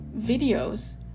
videos